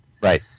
Right